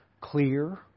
clear